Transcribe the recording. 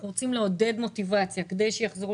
אנחנו רוצים לעודד מוטיבציה כדי שיחזרו